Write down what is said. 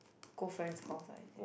go friend's house lah I think